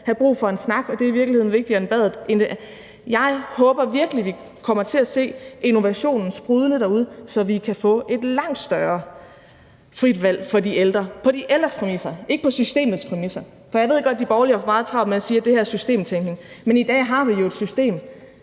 have brug for en snak, hvilket i virkeligheden kan være vigtigere end badet, end den anden dag. Jeg håber virkelig, vi kommer til at se innovationen sprudle derude, så vi kan få et langt større frit valg for de ældre på de ældres præmisser, ikke på systemets præmisser. Jeg ved godt, at de borgerlige har haft meget travlt med at sige, at det her er systemtænkning, men i dag har vi jo et system,